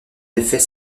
effet